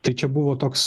tai čia buvo toks